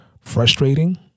frustrating